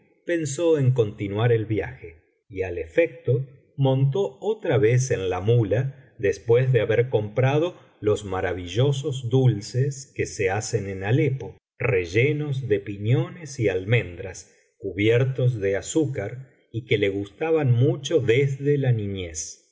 pensó en continuar el viaje y al efecto montó otra vez en la ínula después de haber comprado los maravillosos dulces que se hacen en alepo rellenos de piñones y almendras cubiertos de azúcar y que le gustaban mucho desde la niñez